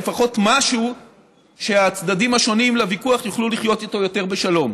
לפחות משהו שהצדדים השונים לוויכוח יוכלו לחיות איתו יותר בשלום.